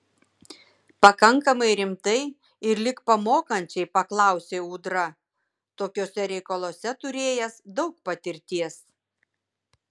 pakankamai rimtai ir lyg pamokančiai paklausė ūdra tokiuose reikaluose turėjęs daug patirties